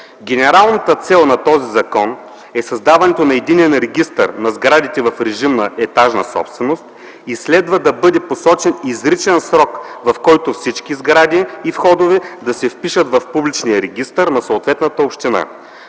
Генералната цел на този закон е създаването на единен регистър на сградите в режим на етажна собственост и следва да бъде посочен изричен срок, в който всички сгради и входове да се впишат в публичния регистър на съответната община.